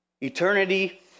Eternity